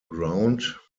ground